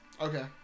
Okay